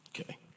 okay